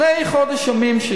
שלפני חודש ימים,